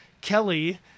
Kelly